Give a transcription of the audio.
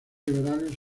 liberales